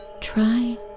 Try